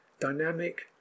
dynamic